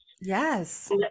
yes